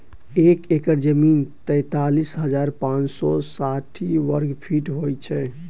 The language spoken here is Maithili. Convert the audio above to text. एक एकड़ जमीन तैँतालिस हजार पाँच सौ साठि वर्गफीट होइ छै